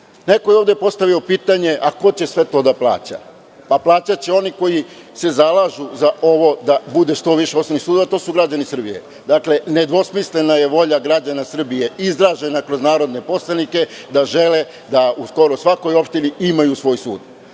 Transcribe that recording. je ovde postavio pitanje, a ko će sve to da plaća? Plaćaće oni koji se zalažu za ovo da bude što više osnovnih sudova, to su građani Srbije. Dakle, nedvosmislena je volja građana Srbije izražena kroz narodne poslanike da žele da u skoro svakoj opštini imaju svoj sud,